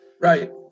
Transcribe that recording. Right